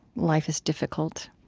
life is difficult.